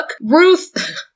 Ruth